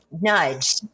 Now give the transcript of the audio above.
nudge